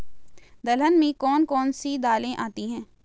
दलहन में कौन कौन सी दालें आती हैं?